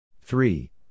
Three